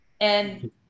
and-